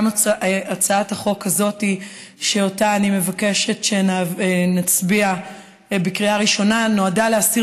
גם הצעת החוק הזאת שעליה אני מבקשת שנצביע בקריאה ראשונה נועדה להסיר